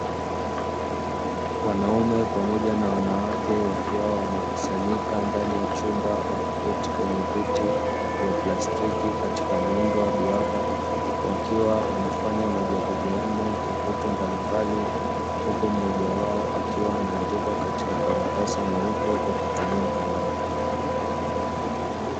Wanaume pamoja na wanawake wakiwa wamekusanyika ndani ya chumba, wakiketi kwenye viti vya plastiki katika muundo wa duara, wakiwa wanafanya majadiliano ya vitu mbalimbali, huku mmoja wao akiwa anaandika katika karatasi nyeupe kwa kutumia kalamu.